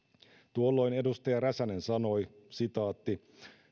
tuolloin edustaja räsänen sanoi